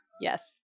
Yes